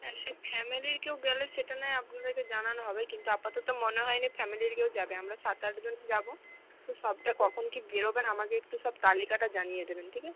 হ্যাঁ সে ফ্যামেলির কেউ গেলে সেটা নয় আপনাদেরকে জানানো হবে কিন্তু আপাতত মনে হয় নি ফ্যামিলির কেউ যাবে আমরা সাত আটজনই যাবো তো সবটা কখন কি বেরোবেন আমাকে একটু সব তালিকাটা জানিয়ে দেবেন ঠিক আছে